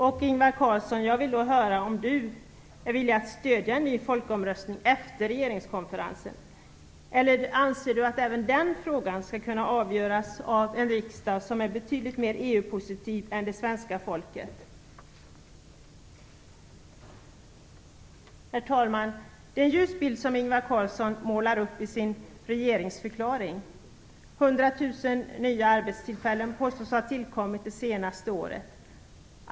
Jag vill veta om Ingvar Carlsson är villig att stödja en ny folkomröstning efter regeringskonferensen eller om han anser att även den frågan skall kunna avgöras av en riksdag som är betydligt mer positiv till EU än svenska folket. Herr talman! Det är en ljus bild som Ingvar Carlsson målar upp i sin regeringsförklaring. 100 000 nya arbetstillfällen påstås ha tillkommit under det senaste året.